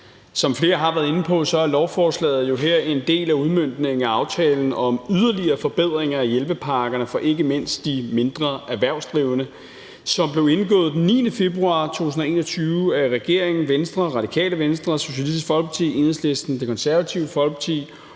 Som flere har været inde på, er lovforslaget her jo en del af udmøntningen af aftalen om yderligere forbedringer af hjælpepakkerne for ikke mindst de mindre erhvervsdrivende, som blev indgået den 9. februar 2021 af regeringen, Venstre, Radikale Venstre, Socialistisk Folkeparti, Enhedslisten, Det Konservative Folkeparti